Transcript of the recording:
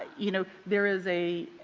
you know, there is a